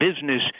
business